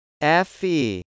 FE